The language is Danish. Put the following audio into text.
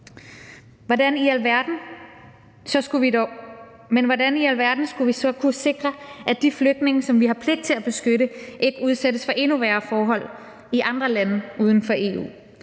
Hvordan i alverden skulle vi så kunne sikre, at de flygtninge, som vi har pligt til at beskytte, ikke udsættes for endnu værre forhold i andre lande uden for EU?